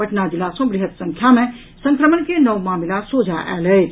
पटना जिला सॅ बृहत संख्या मे संक्रमण के नव मामिला सोझा आयल अछि